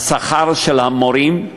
השכר של המורים,